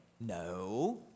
No